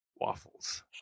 waffles